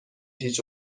هیچ